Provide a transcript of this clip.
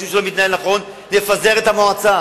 יישוב שלא מתנהל נכון, נפזר את המועצה